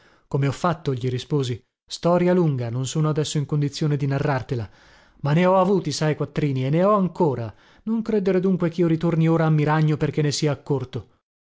come ho fatto gli risposi storia lunga non sono adesso in condizione di narrartela ma ne ho avuti sai quattrini e ne ho ancora non credere dunque chio ritorni ora a miragno perché ne sia